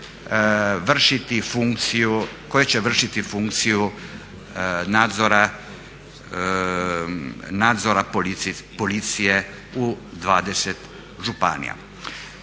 koji će vršiti funkciju nadzora policije u 20 županija.